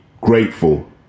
grateful